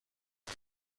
همه